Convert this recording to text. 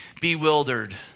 bewildered